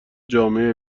جامعه